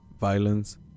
violence